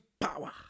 power